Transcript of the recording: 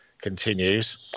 continues